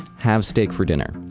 have steak for dinner.